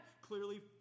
clearly